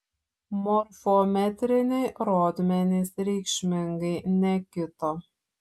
morfometriniai rodmenys reikšmingai nekito